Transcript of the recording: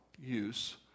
use